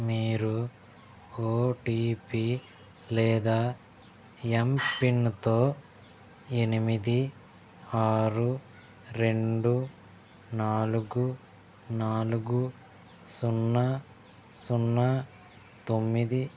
మీరు ఓటీపీ లేదా ఎంపిన్తో ఎనిమిది ఆరు రెండు నాలుగు నాలుగు సున్నా సున్నా తొమ్మిది